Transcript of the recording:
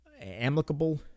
amicable